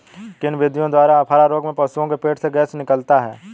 किन विधियों द्वारा अफारा रोग में पशुओं के पेट से गैस निकालते हैं?